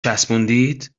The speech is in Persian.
چسبوندید